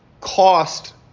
cost